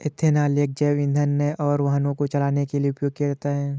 ethanol एक जैव ईंधन है और वाहनों को चलाने के लिए उपयोग किया जाता है